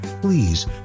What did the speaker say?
Please